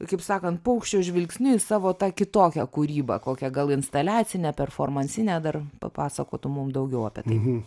kaip sakant paukščio žvilgsniu į savo tą kitokią kūrybą kokią gal instaliacinę performansinę dar papasakotum mum daugiau apie tai